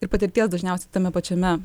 ir patirties dažniausiai tame pačiame